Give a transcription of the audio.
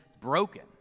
broken